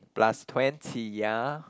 plus twenty ya